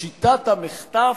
שיטת המחטף,